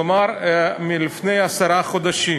כלומר לפני עשרה חודשים.